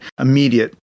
immediate